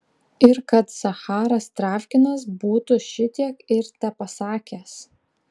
ir kad zacharas travkinas būtų šitiek ir tepasakęs